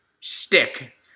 Stick